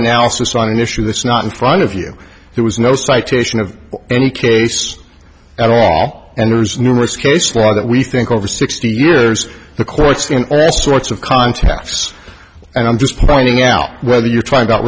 analysis on an issue that's not in front of you there was no citation of any case at all and there's numerous case law that we think over sixty years the courts in all sorts of contexts and i'm just pointing out whether you're trying